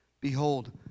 Behold